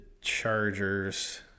Chargers